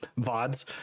vods